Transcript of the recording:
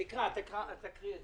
תקריא את זה.